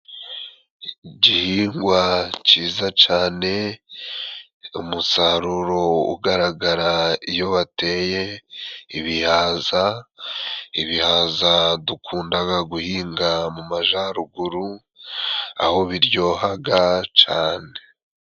Igihingwa cyiza cane, umusaruro ugaragara iyo wateye ibihaza, ibihaza dukundaga guhinga mu majaruguru aho biryohaga cane.